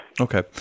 Okay